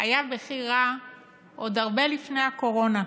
היה בכי רע עוד הרבה לפני הקורונה.